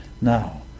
Now